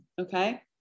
okay